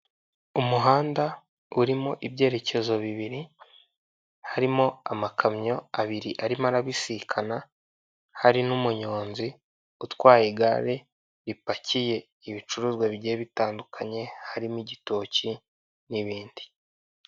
Umuhanda urimo ibyerekezo bibiri harimo amakamyo abiri arimo arabisikana, hari n'umunyonzi, utwaye igare ripakiye ibicuruzwa bigiye bitandukanye harimo igitoki n'ibindi.